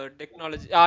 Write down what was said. technology